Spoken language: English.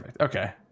okay